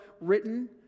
written